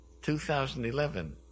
2011